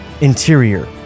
interior